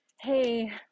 hey